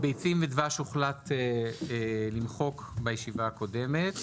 ביצים ודבש הוחלט למחוק בישיבה הקודמת.